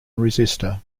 resistor